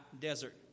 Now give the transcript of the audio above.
desert